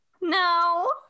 No